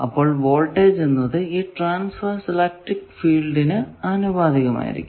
അപ്പോൾ വോൾടേജ് എന്നത് ഈ ട്രാൻസ്വേർസ് ഇലക്ട്രിക്ക് ഫീൽഡിന് ആനുപാതികമായിരിക്കണം